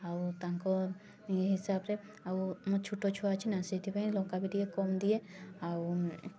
ଆଉ ତାଙ୍କ ଇଏ ହିସାବରେ ଆଉ ମୋ ଛୋଟ ଛୁଆ ଅଛି ନା ସେଇଥିପାଇଁ ଲଙ୍କା ବି ଟିକେ କମ୍ ଦିଏ ଆଉ